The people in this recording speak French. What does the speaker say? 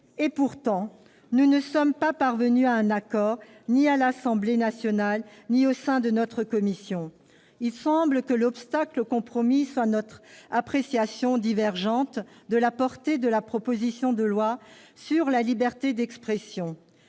Pourtant, nous ne sommes parvenus à un accord ni avec l'Assemblée nationale ni au sein de notre commission. Il semble que l'obstacle au compromis soit notre appréciation divergente de la portée de la proposition de loi en matière de liberté d'expression.